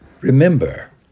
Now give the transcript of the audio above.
remember